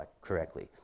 correctly